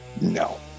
No